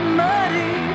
muddy